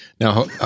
Now